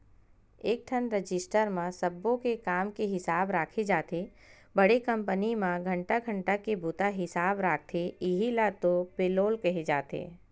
एकठन रजिस्टर म सब्बो के काम के हिसाब राखे जाथे बड़े कंपनी म घंटा घंटा के बूता हिसाब राखथे इहीं ल तो पेलोल केहे जाथे